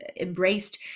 embraced